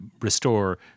restore